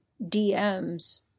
DMs